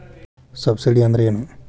Subsidy ಅಂದ್ರೆ ಏನು?